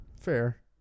Fair